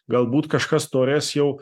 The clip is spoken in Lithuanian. galbūt kažkas norės jau